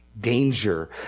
danger